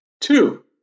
Two